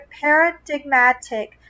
paradigmatic